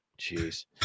Jeez